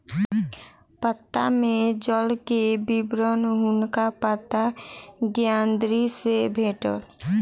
पत्ता में जल के विवरण हुनका पत्ता ज्ञानेंद्री सॅ भेटल